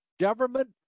government